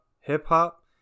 hip-hop